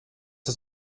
das